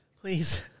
please